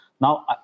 Now